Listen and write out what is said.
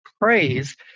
praise